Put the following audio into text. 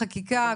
חקיקה,